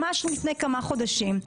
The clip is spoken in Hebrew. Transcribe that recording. ממש לפני כמה חודשים.